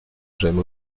j’aime